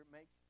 make